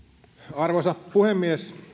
arvoisa puhemies